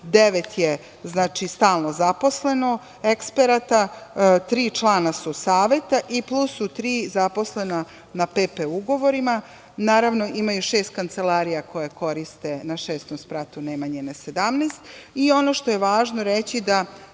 je stalno zaposleno eksperata, tri člana su Saveta i plus su tri zaposlena na PP ugovorima. Naravno, imaju šest kancelarija koje koriste na šestom spratu Nemanjine 17.Ono što je važno reći da